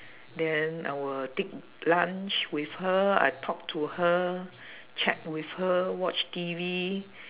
then I will take lunch with her I talk to her chat with her watch T_V